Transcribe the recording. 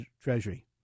treasury